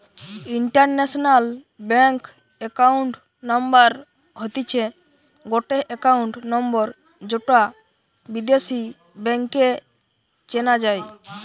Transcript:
international bank account number হতিছে গটে account number যৌটা বিদেশী ব্যাংকে চেনা যাই